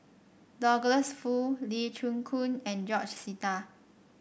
Douglas Foo Lee Chin Koon and George Sita